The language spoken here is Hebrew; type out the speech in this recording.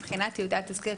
מבחינת טיוטת תזכיר,